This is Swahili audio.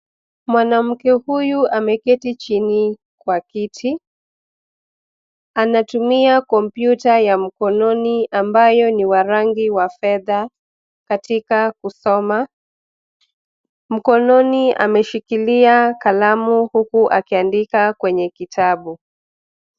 Mwanamke huyu ameketi chini kwa kiti anatumia komputa ya mkononi ambayo ni wa rangi wa fedha katika kusoma. Mkononi ameshikilia kalamu huku akiandika kwenye kitabu.